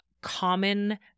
common